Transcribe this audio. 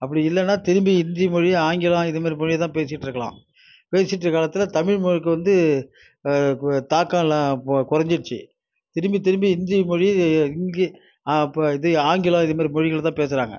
அப்படி இல்லனா திரும்பி ஹிந்தி மொழி ஆங்கிலம் இது மாதிரி மொழியைத்தான் பேசிட்டுருக்கலாம் பேசிட்டுருக்க காலத்தில் தமிழ் மொழிக்கு வந்து தாக்கயெல்லாம் இப்போ குறைஞ்சிருச்சி திரும்பி திரும்பி ஹிந்தி மொழி ஹிந்தி அப்றம் இது ஆங்கிலம் இதுமாரி மொழிகளை தான் பேசுகிறாங்க